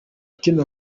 kindi